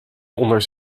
onder